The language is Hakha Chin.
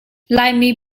laimi